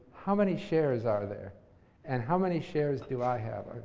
how many shares are there and how many shares do i have?